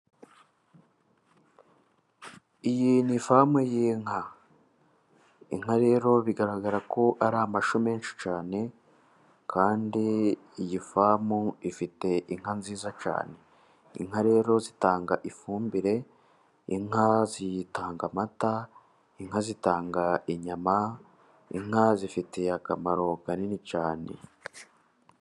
Iyi ni ifamu y'inka. Inka rero bigaragara ko ari amashyo menshi cyane, kandi iyi famu ifite inka nziza cyane. Inka rero zitanga ifumbire, inka zitanga amata, inka zitanga inyama, inka zifite akamaro kanini cyane.